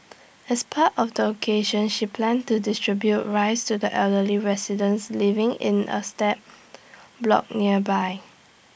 as part of the occasion she planned to distribute rice to the elderly residents living in A slab block nearby